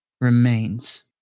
remains